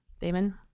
Damon